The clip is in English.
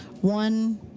one